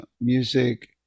music